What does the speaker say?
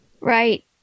Right